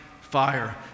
fire